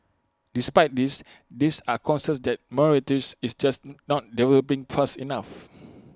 despite this these are concerns that Mauritius is just not developing fast enough